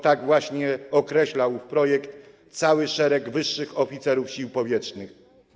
Tak właśnie określa ów projekt cały szereg wyższych oficerów Sił Powietrznych.